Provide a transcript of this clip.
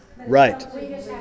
Right